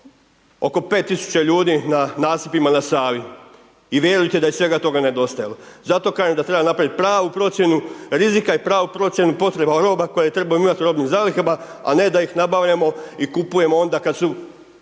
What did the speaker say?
oko 5000 ljudi na nasipima na Savi. I vjerujte da je svega toga nedostajalo. Zato kažem da treba napraviti pravu procjenu rizika i pravu procjenu potreba roba koje trebamo imati u robnim zalihama a ne da ih nabavljamo i kupujemo onda kad su